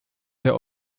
der